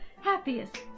Happiest